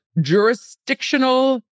jurisdictional